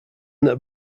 that